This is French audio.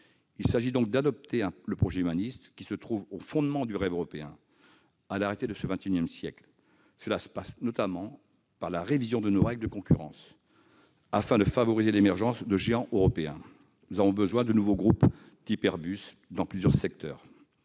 Il s'agit donc d'adapter le projet humaniste qui se trouve au fondement du rêve européen à la réalité du XXI siècle. Cela passe notamment par la révision de nos règles de concurrence, afin de favoriser l'émergence de géants européens. Nous avons besoin de nouveaux groupes du type d'Airbus dans plusieurs secteurs.